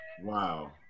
Wow